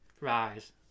Rise